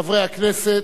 חברי הכנסת,